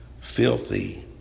filthy